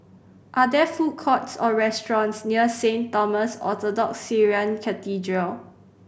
are there food courts or restaurants near Saint Thomas Orthodox Syrian Cathedral